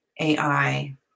ai